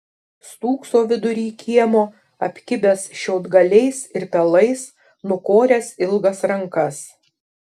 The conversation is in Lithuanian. stūkso vidury kiemo apkibęs šiaudgaliais ir pelais nukoręs ilgas rankas